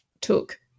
took